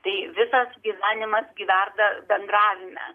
tai visas gyvenimas gi verda bendravime